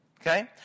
Okay